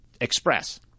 express